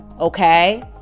okay